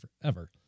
forever